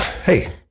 hey